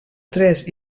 tres